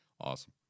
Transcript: awesome